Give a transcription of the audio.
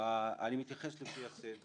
אני מתייחס לפי הסדר